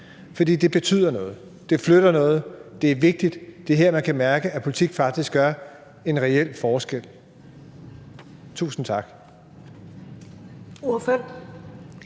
For det betyder noget. Det flytter noget. Det er vigtigt. Det er her, man kan mærke, at politik faktisk gør en reel forskel. Tusind tak.